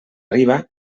riba